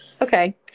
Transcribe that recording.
okay